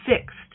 fixed